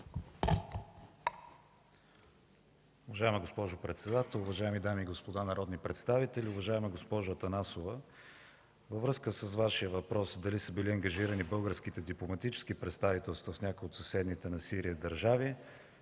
Уважаема госпожо председател, уважаеми дами и господа народни представители! Уважаема госпожо Атанасова, във връзка с Вашия въпрос дали са били ангажирани българските дипломатически представителства в някои от съседните на Сирия държави